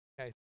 Okay